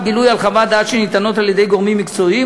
גילוי על חוות דעת שניתנות על-ידי גורמים מקצועיים,